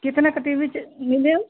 कितने का TV set मिल जाएगा